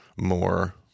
more